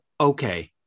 okay